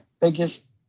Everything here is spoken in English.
biggest